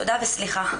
תודה וסליחה.